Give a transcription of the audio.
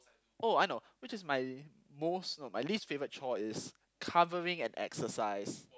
oh I know which is my most my least favourite chore is covering an exercise